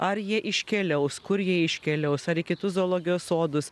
ar jie iškeliaus kur jie iškeliaus ar į kitus zoologijos sodus